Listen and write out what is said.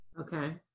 Okay